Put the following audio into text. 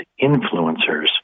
influencers